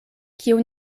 kiu